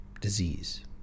disease